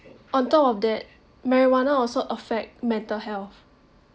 on top of that marijuana also affect mental health